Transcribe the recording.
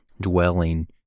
dwelling